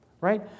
Right